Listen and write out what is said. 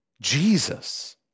Jesus